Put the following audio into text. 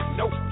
nope